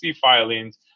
filings